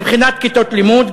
מבחינת כיתות לימוד,